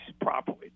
properly